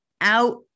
out